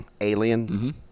Alien